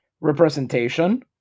representation